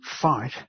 fight